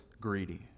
greedy